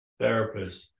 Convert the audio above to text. therapists